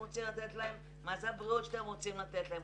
רוצים לתת להם ומהי הבריאות שאתם רוצים לתת להם.